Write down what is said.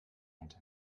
hätte